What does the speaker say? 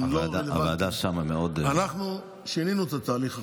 הוועדה שם מאוד, אנחנו שינינו את התהליך עכשיו.